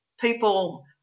people